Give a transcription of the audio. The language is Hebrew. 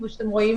כמו שאתם רואים,